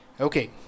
Okay